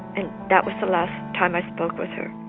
and that was the last time i spoke with her.